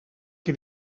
que